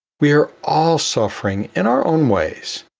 we are all suffering in our own ways,